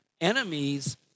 enemies